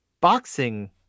boxing